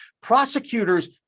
Prosecutors